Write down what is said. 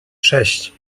sześć